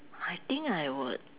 I think I would